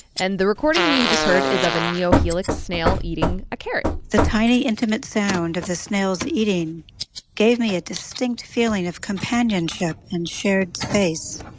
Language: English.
and the recording you just heard is of a neohelix snail eating a carrot the tiny, intimate sound of the snail's eating gave me a distinct feeling of companionship and shared space.